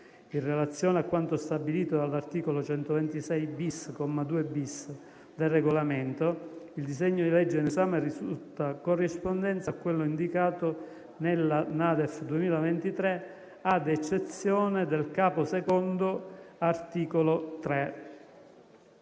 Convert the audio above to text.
In relazione a quanto stabilito dall'articolo 126-*bis*, comma 2-*bis*, del Regolamento, il disegno di legge in esame risulta corrispondente a quello indicato nella NADEF 2023, ad eccezione del capo II (articolo 3).